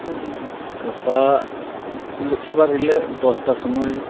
ᱜᱟᱯᱟ ᱞᱚᱠᱠᱷᱤᱵᱟᱨ ᱦᱤᱞᱳᱜ ᱫᱚᱥᱴᱟ ᱥᱳᱢᱳᱭ